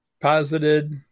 posited